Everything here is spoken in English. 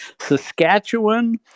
Saskatchewan